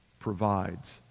provides